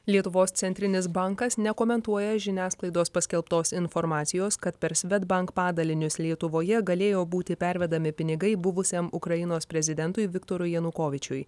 lietuvos centrinis bankas nekomentuoja žiniasklaidos paskelbtos informacijos kad per svedbank padalinius lietuvoje galėjo būti pervedami pinigai buvusiam ukrainos prezidentui viktorui janukovyčiui